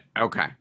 Okay